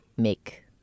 make